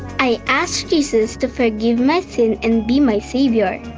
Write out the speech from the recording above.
i asked jesus to forgive my sin and be my savior.